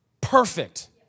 perfect